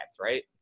right